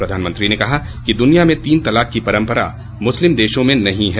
प्रधानमंत्री ने कहा कि दुनिया में तीन तलाक की परंपरा मुस्लिम देशों में नहीं है